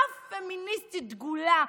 אף פמיניסטית דגולה,